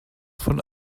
von